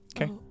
Okay